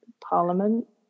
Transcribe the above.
Parliament